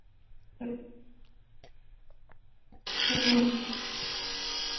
ᱦᱩᱸᱜ ᱩᱸ